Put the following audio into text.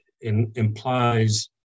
implies